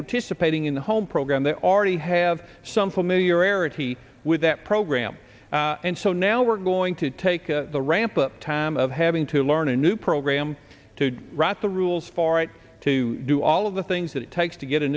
participating in the home program they already have some familiarity with that program and so now we're going to take a ramp up time of having to learn a new program to write the rules for it to do all of the things that it takes to get a